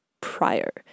prior